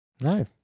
No